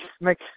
make